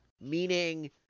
Meaning